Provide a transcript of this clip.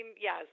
yes